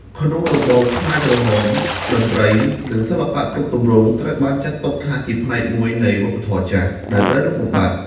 ក្នុងរបបខ្មែរក្រហម តន្ត្រី និងសិល្បៈគ្រប់ទម្រង់ត្រូវបានចាត់ទុកថាជាផ្នែកមួយនៃ វប្បធម៌ចាស់ ដែលត្រូវលុបបំបាត់។